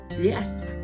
yes